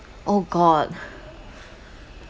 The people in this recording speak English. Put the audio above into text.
oh god